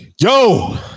Yo